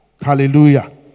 Hallelujah